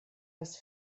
das